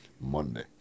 Monday